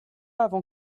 avant